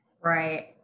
Right